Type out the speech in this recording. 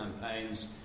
campaigns